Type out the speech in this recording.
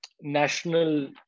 national